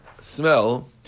smell